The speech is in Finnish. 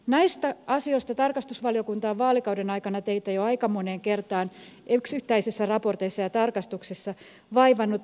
näistä asioista tarkastusvaliokunta on vaalikauden aikana teitä jo aika moneen kertaan yksittäisissä raporteissa ja tarkastuksissa vaivannut